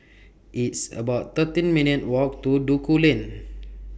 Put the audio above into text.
It's about thirteen minutes' Walk to Duku Lane